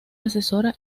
asesora